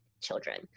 children